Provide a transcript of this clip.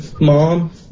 mom